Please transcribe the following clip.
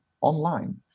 online